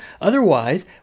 Otherwise